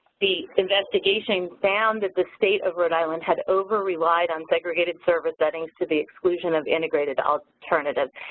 the investigation found that the state of rhode island had over relied on segregated service settings to the exclusion of integrated alternatives.